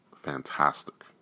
fantastic